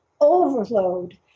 overload